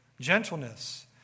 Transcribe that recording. gentleness